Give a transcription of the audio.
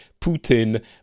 Putin